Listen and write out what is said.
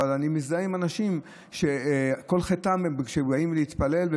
אבל אני מזדהה עם אנשים שכל חטאם הוא שהם באים להתפלל,